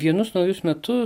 vienus naujus metus